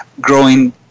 growing